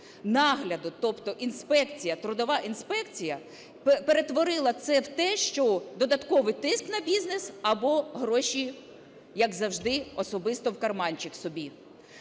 нагляду, інспекція, тобто трудова інспекція, перетворила це в те, що додатковий тиск на бізнес або гроші, як завжди, особисто в карманчик собі.